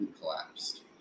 collapsed